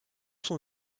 son